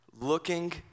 looking